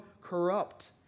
corrupt